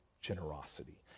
generosity